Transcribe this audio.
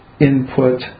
input